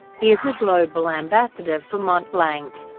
he is a global ambassador for montblanc.